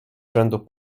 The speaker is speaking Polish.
rzędu